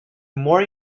more